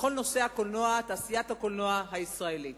בכל נושא הקולנוע, תעשיית הקולנוע הישראלית.